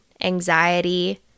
anxiety